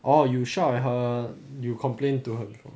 orh you shout at her you complain to